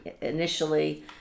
initially